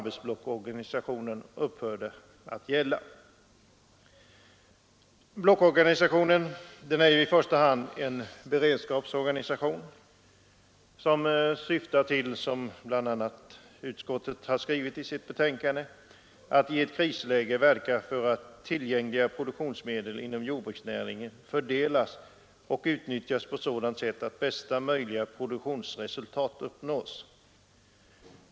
Blockorganisationen är ju i första hand en beredskapsorganisation som syftar till — som bl.a. utskottet har skrivit i sitt betänkande — ”att i ett krisläge verka för att tillgängliga produktionsmedel inom jordbruksnäringen fördelas och utnyttjas på sådant sätt att bästa möjliga produktionsresultat uppnås”.